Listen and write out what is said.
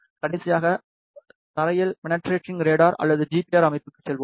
கடைசியாக தரையில் penetrating radar அல்லது ஜிபிஆர் அமைப்புக்கு செல்வோம்